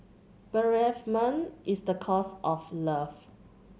bereavement is the cost of love